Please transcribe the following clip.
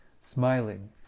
smiling